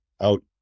out